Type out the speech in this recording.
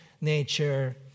nature